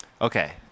Okay